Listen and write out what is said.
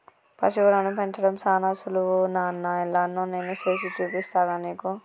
పశువులను పెంచడం సానా సులువు నాన్న ఎలానో నేను సేసి చూపిస్తాగా నీకు